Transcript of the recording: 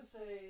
say